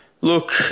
Look